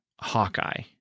Hawkeye